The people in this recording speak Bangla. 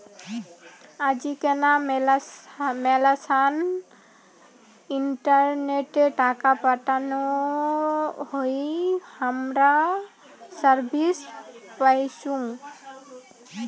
আজিকেনা মেলাছান ইন্টারনেটে টাকা পাতানো হই হামরা সার্ভিস পাইচুঙ